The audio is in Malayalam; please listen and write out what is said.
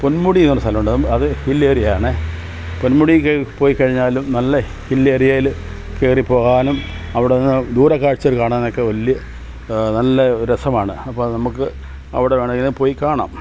പൊന്മുടി എന്ന് പറഞ്ഞ സ്ഥലമുണ്ട് അത് ഹിൽ ഏരിയ ആണേ പൊന്മുടിക്ക് പോയി കഴിഞ്ഞാലും നല്ല ഹില്ലേരിയായിൽ കേറി പോകാനും അവിടെനിന്ന് ദൂരെ കാഴ്ച്ചകൾ കാണാനൊക്കെ വലിയ നല്ല രസമാണ് അപ്പം നമുക്ക് അവിടെ വേണമെങ്കിലും പോയി കാണാം